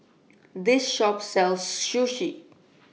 This Shop sells Sushi